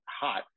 hot